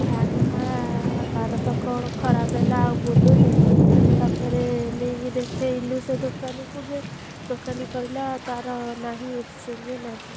ଫ୍ୟାନ୍ଟା ତା'ର ତ କ'ଣ ଖରାପ ହେଲା ଆଉ ବୁଲୁନି ତା'ପରେ ନେଇକି ଦେଖାଇଲୁ ସେ ଦୋକାନୀକୁ ଯେ ଦୋକାନୀ କହିଲା ତା'ର ନାହିଁ ଏକ୍ସଚେଞ୍ଜ୍ ନାହିଁ